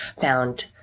found